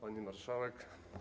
Pani Marszałek!